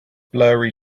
blurry